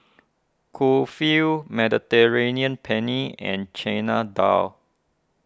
Kulfi Mediterranean Penne and Chana Dal